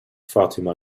fatima